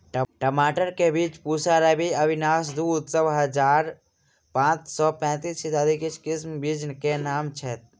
टमाटर केँ बीज पूसा रूबी, अविनाश दु, उत्सव दु हजार पांच सै पैतीस, इत्यादि किछ किसिम बीज केँ नाम छैथ?